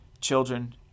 Children